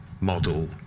model